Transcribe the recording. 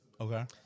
Okay